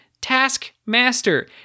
Taskmaster